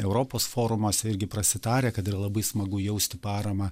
europos forumuose irgi prasitarę kad yra labai smagu jausti paramą